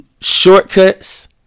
shortcuts